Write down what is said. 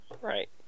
Right